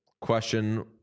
question